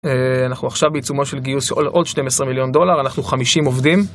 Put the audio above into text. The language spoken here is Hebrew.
אנחנו עכשיו בעיצומו של גיוס עוד 12 מיליון דולר, אנחנו 50 עובדים.